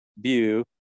view